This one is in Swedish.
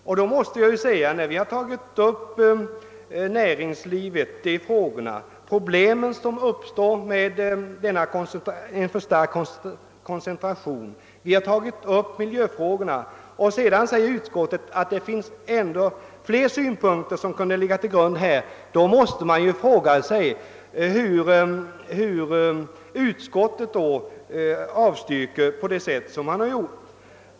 Vi har alltså i motionerna tagit upp näringslivets frågor, de problem som uppstår i samband med en alltför stark koncentration och även miljöfrågorna, och utskottet har dessutom uttalat att ännu fler synpunkter talar för en samordning av regionalplaneringen. Man måste då fråga sig hur utskottet kunnat avstyrka motionerna på det sätt som det gjort.